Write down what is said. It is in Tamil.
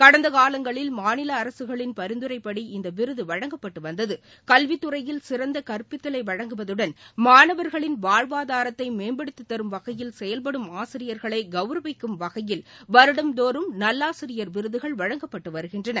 கடந்த காலங்களில் மாநில அரசுகளின் பரிந்துரைப்படி இந்த விருது வழங்கப்பட்டு வந்தது கல்வித்துறையில் சிறந்த கற்பித்தலை வழங்குவதுடன் மாணவர்களின் வாழ்வாதாரத்தை மேம்படுத்தித் தரும் வகையில் செயல்படும் ஆசிரியர்களை கவுரவிக்கும் வகையில் வருடந்தோறும் நல்லாசிரியர் விருதுகள் வழங்கப்பட்டு வருகின்றன